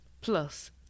plus